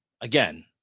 again